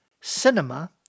Cinema